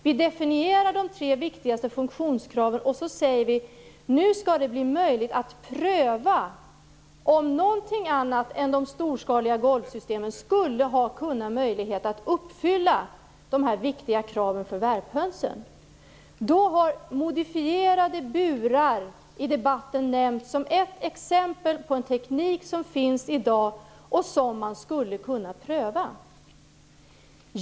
Vi definierar de tre viktigaste funktionskraven och säger: Nu skall det bli möjligt att pröva om någonting annat än de storskaliga golvsystemen skulle kunna ha möjlighet att uppfylla dessa viktiga krav för värphönsen. Då har modifierade burar nämnts i debatten som ett exempel på en teknik som i dag finns och som man skulle kunna pröva.